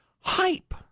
hype